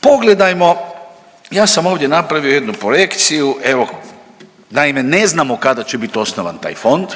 pogledajmo, ja sam ovdje napravio jednu projekciju, evo, naime, ne znamo kada će biti osnovan taj fond,